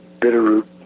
Bitterroot